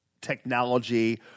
technology